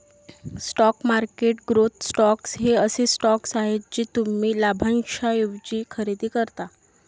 stock market growth stocks हे असे stocks आहेत जे तुम्ही लाभांशाऐवजी खरेदी करता